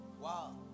Wow